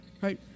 right